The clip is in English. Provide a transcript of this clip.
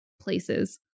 places